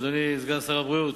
אדוני סגן שר הבריאות,